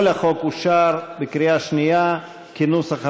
כל החוק אושר בקריאה שנייה כנוסח הוועדה,